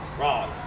wrong